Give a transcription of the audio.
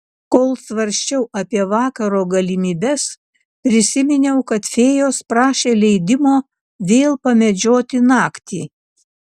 kol svarsčiau apie vakaro galimybes prisiminiau kad fėjos prašė leidimo vėl pamedžioti naktį